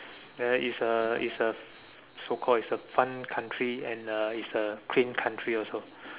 there it's a it's a so called it's a fun country and uh it's a clean country also